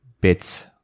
bits